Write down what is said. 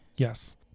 Yes